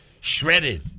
Shredded